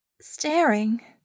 staring